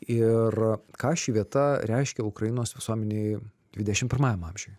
ir ką ši vieta reiškia ukrainos visuomenei dvidešim pirmajam amžiuj